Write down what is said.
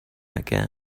again